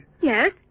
Yes